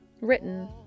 Written